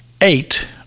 eight